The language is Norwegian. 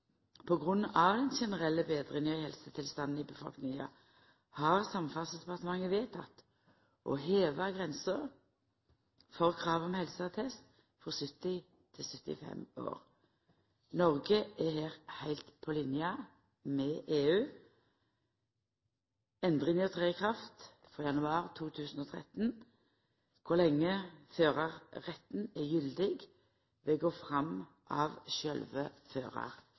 av den generelle betringa i helsetilstanden i befolkninga har Samferdselsdepartementet vedteke å heva grensa for krav om helseattest frå 70 til 75 år. Noreg er her heilt på linje med EU. Endringa trer i kraft frå januar 2013, og kor lenge førarretten er gyldig, vil gå fram av sjølve